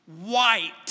white